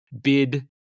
bid